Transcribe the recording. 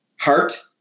heart